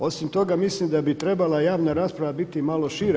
Osim toga mislim da bi trebala javna rasprava biti malo šira.